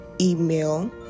email